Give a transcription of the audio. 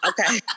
Okay